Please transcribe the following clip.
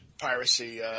piracy